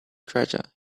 treasure